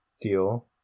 Deal